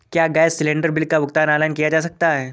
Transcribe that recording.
क्या gas cylinder bill का भुगतान ऑनलाइन किया जा सकता है?